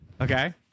okay